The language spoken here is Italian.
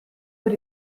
per